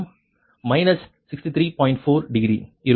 4 degree இருக்கும்